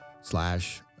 slash